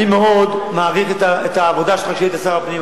אני מאוד מעריך את העבודה שלך כשהיית שר הפנים,